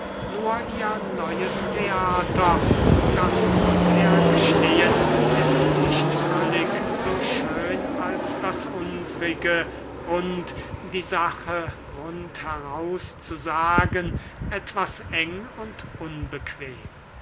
nur ihr neues theater das muß er gestehen ist nicht völlig so schön als das unsrige und die sache rund heraus zu sagen etwas eng und unbequem